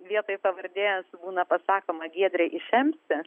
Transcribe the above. vietoj pavardės būna pasakoma giedrė iš empti